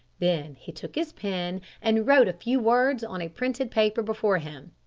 then he took his pen and wrote a few words on a printed paper before him.